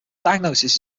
diagnosis